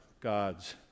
God's